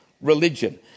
religion